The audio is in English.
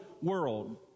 world